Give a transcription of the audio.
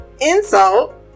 insult